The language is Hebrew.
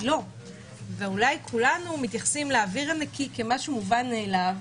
ואולי כולנו מתייחסים לאוויר הנקי כמשהו מובן מאליו,